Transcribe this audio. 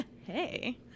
hey